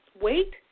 wait